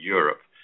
Europe